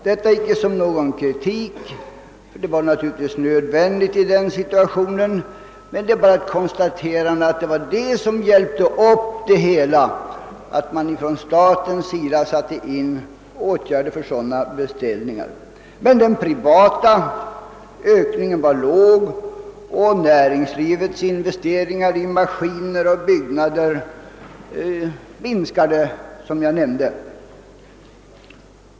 Detta icke sagt som någon kritik — det var naturligtvis nödvändigt i den situationen — utan det är bara ett konstaterande att det var detta som hjälpte upp det hela, att man från statens sida satte in åtgärder för sådana beställningar. Men den privata ökningen var låg, och näringslivets investeringar i maskiner och byggnader minskade.